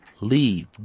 leave